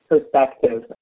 perspective